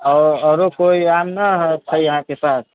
आ आरू कोइ आम ना है छै अहाँके पास